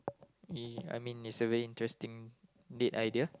uh I mean it's a very interesting date idea